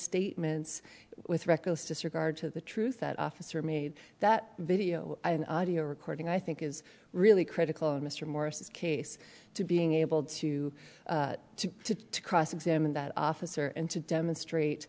misstatements with reckless disregard to the truth that officer made that video audio recording i think is really critical of mr morris his case to being able to to to cross examine that officer and to demonstrate